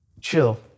chill